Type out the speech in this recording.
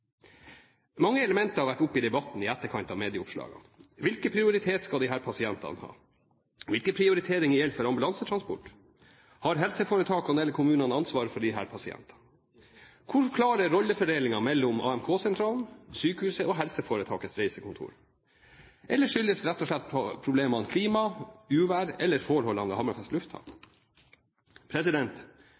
Mange elementer har vært oppe i debatten i etterkant av medieoppslagene. Hvilken prioritet skal disse pasientene ha? Hvilke prioriteringer gjelder for ambulansetransport? Har helseforetakene eller kommunene ansvaret for disse pasientene? Hvor klar er rollefordelingen mellom AMK-sentralen, sykehuset og helseforetakets reisekontor? Skyldtes problemene rett og slett klima, uvær eller forholdene ved Hammerfest lufthavn?